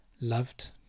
loved